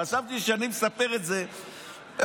חשבתי שאני מספר את זה כהפרזה,